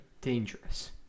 dangerous